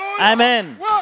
Amen